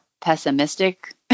pessimistic